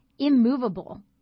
Immovable